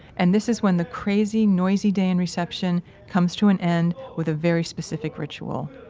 and this is when the crazy, noisy day in reception comes to an end, with a very specific ritual.